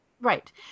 Right